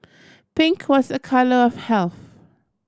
pink was a colour of health